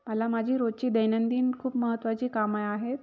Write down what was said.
मला माझी रोजची दैनंदिन खूप महत्त्वाची कामं आहेत